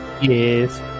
Yes